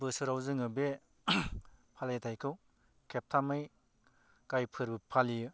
बोसोराव जोङो बे फालिथायखौ खेबथामै गाहाइ फोरबो फालियो